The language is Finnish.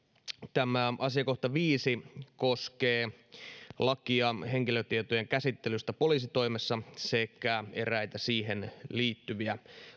tämä asiakohta viisi koskee lakia henkilötietojen käsittelystä poliisitoimessa sekä eräitä siihen liittyviä